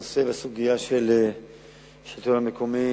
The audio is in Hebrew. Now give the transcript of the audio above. הסוגיה של השלטון המקומי